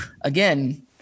again